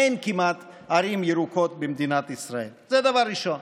אין כמעט ערים ירוקות במדינת ישראל, זה דבר ראשון.